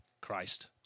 Christ